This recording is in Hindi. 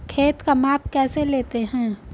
खेत का माप कैसे लेते हैं?